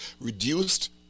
reduced